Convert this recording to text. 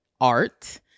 art